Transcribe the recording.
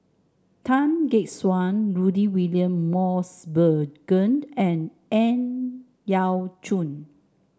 Tan Gek Suan Rudy William Mosbergen and Ang Yau Choon